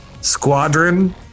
squadron